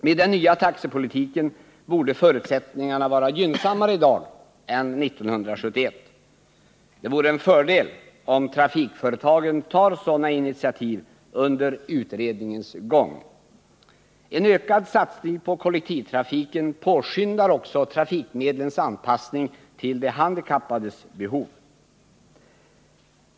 Med den nya taxepolitiken borde förutsättningarna vara gynnsammare i dag än 1971. Det vore en fördel om trafikföretagen tar sådana initiativ under utredningens gång. En ökad satsning på kollektivtrafiken påskyndar också trafikmedlens anpassning till de handikappades behov.